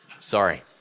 Sorry